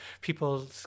people